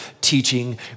teaching